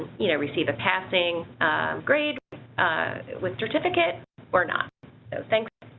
you know receive a passing grade with certificate or not so thanks.